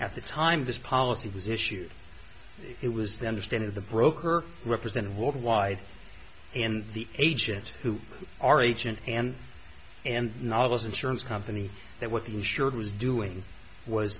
at the time this policy was issued it was then the stand of the broker represented worldwide and the agent who are agent and and novice insurance company that what the insured was doing was